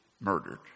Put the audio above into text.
murdered